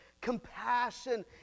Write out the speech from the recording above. compassion